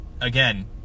again